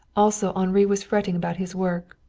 also henri was fretting about his work.